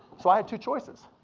so i had two choices.